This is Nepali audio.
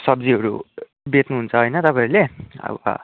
सब्जीहरू बेच्नुहुन्छ होइन तपाईँहरूले अन्त